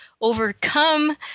overcome